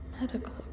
Medical